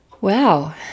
Wow